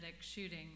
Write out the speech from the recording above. shooting